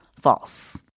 false